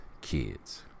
kids